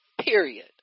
period